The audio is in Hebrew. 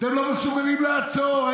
אתם לא מסוגלים לעצור.